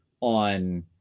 on